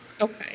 Okay